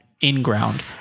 in-ground